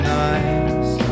nice